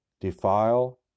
defile